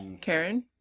Karen